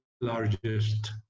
largest